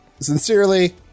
sincerely